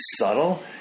subtle